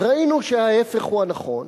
ראינו שההיפך הוא הנכון,